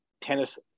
tennis